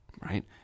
Right